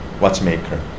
watchmaker